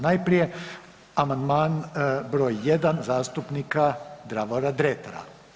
Najprije amandman br. 1 zastupnika Davora Dretara.